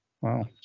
Wow